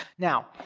now,